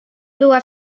była